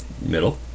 middle